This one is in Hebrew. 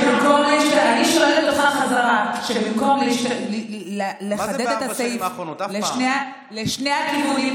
אני שואלת אותך חזרה: במקום לחדד את הסעיף לשני הכיוונים,